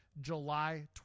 July